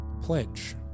pledge